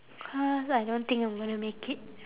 cause I don't think I'm gonna make it